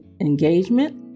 engagement